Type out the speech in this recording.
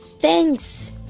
Thanks